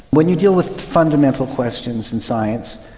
when you deal with fundamental questions in science,